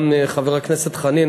גם חבר הכנסת חנין,